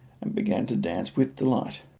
and began to dance with delight.